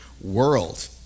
world